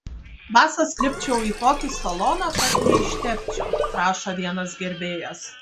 basas lipčiau į tokį saloną kad neištepčiau rašo vienas gerbėjas